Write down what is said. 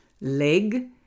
leg